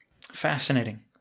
Fascinating